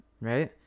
right